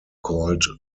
called